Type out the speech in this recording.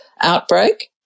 outbreak